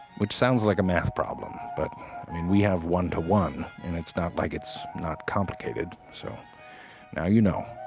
which sounds like a math problem but i mean we have one to one and it's not like it's not complicated so now you know.